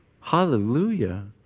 Hallelujah